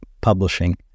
publishing